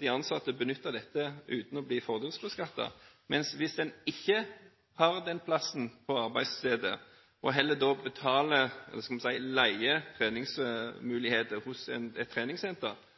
de ansatte benytte dette uten å bli fordelsbeskattet, men hvis en ikke har den plassen på arbeidsstedet og heller betaler, eller «leier», treningsmuligheter hos et treningssenter, blir arbeidstaker fordelsbeskattet av det som vanlig inntekt. Vil en ta vekk dette, slik at en